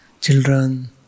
children